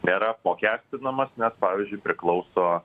nėra apmokestinamas nes pavyzdžiui priklauso